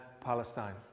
Palestine